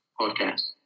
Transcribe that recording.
Podcast